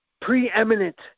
preeminent